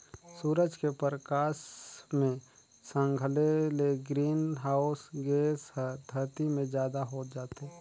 सूरज के परकास मे संघले ले ग्रीन हाऊस गेस हर धरती मे जादा होत जाथे